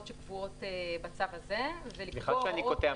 שקבועות בצו הזה -- סליחה שאני קוטע,